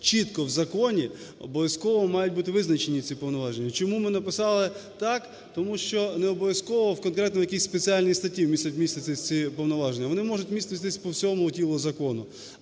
чітко в законі обов'язково мають бути визначені ці повноваження. Чому ми написали так? Тому що не обов'язково конкретно в якійсь спеціальній статті мають міститись ці повноваження. Вони можуть міститись по всьому тілу закону,